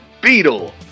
Beetle